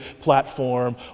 platform